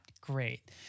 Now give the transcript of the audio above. great